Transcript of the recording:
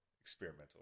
experimental